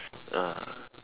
ah